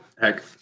heck